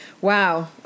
Wow